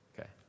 Okay